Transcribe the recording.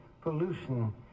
pollution